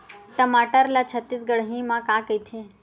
टमाटर ला छत्तीसगढ़ी मा का कइथे?